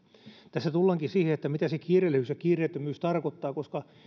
tässä tullaankin siihen mitä kiireellisyys ja kiireettömyys tarkoittavat koska